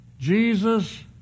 Jesus